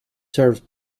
served